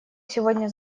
сегодня